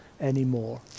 anymore